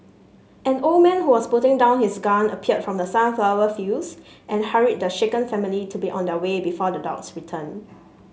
an old man who was putting down his gun appeared from the sunflower fields and hurried the shaken family to be on their way before the dogs return